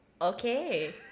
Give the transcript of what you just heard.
Okay